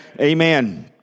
Amen